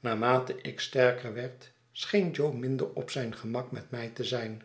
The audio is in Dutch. naarmate ik sterker werd scheen jo minder op zijngemak met mij te zijn